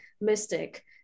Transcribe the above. mystic